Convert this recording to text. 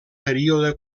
període